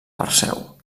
perseu